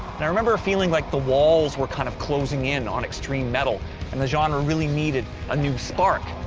and i remember feeling like the walls were kind of closing in on extreme metal and the genre really needed a new spark.